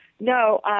No